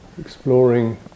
exploring